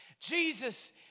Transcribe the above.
Jesus